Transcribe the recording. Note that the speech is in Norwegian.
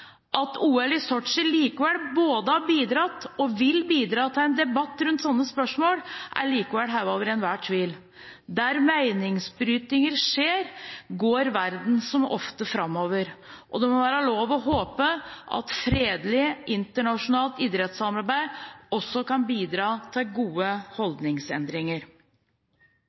at OL i Sotsji både har bidratt og vil bidra til en debatt rundt sånne spørsmål, er likevel hevet over enhver tvil. Der meningsbrytninger skjer, går verden som oftest framover. Det må være lov å håpe at fredelig internasjonalt idrettssamarbeid også kan bidra til gode holdningsendringer.